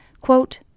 quote